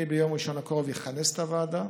ביום ראשון הקרוב אני אכנס את הוועדה.